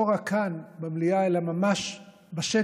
לא רק כאן במליאה אלא ממש בשטח,